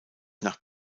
nach